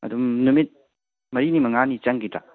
ꯑꯗꯨꯝ ꯅꯨꯃꯤꯠ ꯃꯔꯤꯅꯤ ꯃꯉꯥꯅꯤ ꯆꯪꯒꯤꯗ꯭ꯔꯥ